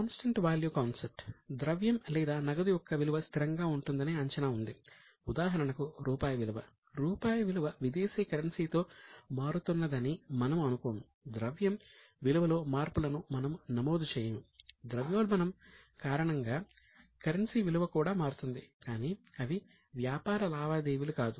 constant value concept కారణంగా currency విలువ కూడా మారుతుంది కానీ అవి వ్యాపార లావాదేవీలు కాదు